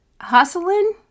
hustling